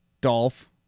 Dolph